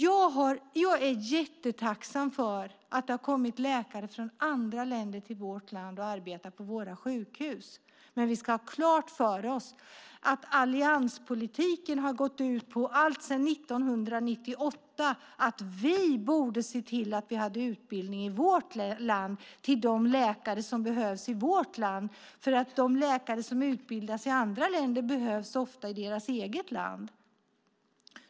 Jag är jättetacksam för att det har kommit läkare från andra länder till vårt land och arbetar på våra sjukhus. Men vi ska ha klart för oss att allianspolitiken alltsedan 1998 har gått ut på att vi borde se till att ha utbildning i vårt land till de läkare som behövs här. De läkare som utbildas i andra länder behövs ofta i sina egna länder.